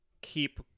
keep